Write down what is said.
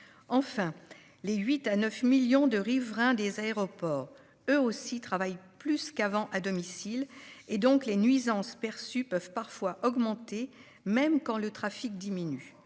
Enfin, les 8 à 9 millions de riverains des aéroports, eux aussi, travaillent plus qu'avant à domicile. Les nuisances perçues peuvent donc parfois augmenter même quand le trafic diminue.